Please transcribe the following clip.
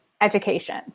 education